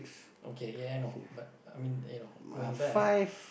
okay ya I know but you know going back